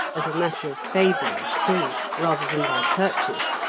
as a matter of favour, too, rather than by purchase.